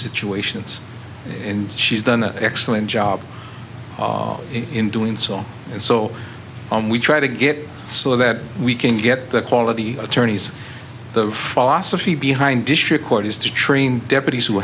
situations and she's done an excellent job in doing so and so on we try to get so that we can get the quality attorneys the philosophy behind district court is to train deputies who